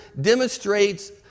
demonstrates